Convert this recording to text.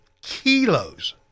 kilos